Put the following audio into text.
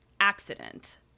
accident